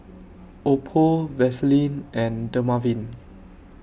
Oppo Vaselin and Dermaveen